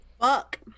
Fuck